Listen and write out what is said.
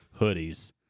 hoodies